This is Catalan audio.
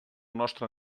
nostre